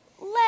Let